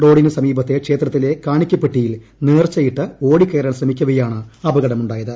റോഡിന് സമീപത്തെ ക്ഷേത്രത്തിലെ കാണിക്കപ്പെട്ടിയിൽ ്നേ്ർച്ചയിട്ട് ഓടിക്കയറാൻ ശ്രമിക്കവേയാണ് അപകടമുണ്ടായിത്